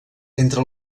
entre